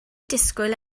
disgwyl